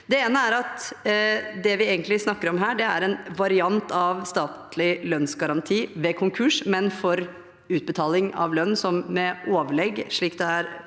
det er formulert. Det vi egentlig snakker om her, er en variant av statlig lønnsgaranti ved konkurs, men for utbetaling av lønn som med overlegg, slik det er